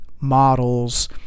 models